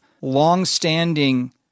long-standing